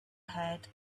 head